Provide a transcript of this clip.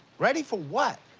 ready for what?